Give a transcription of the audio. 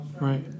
Right